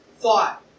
thought